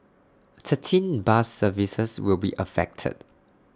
thirteen bus services will be affected